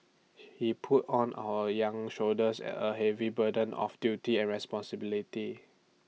he put on our young shoulders A heavy burden of duty and responsibility